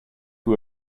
who